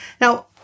now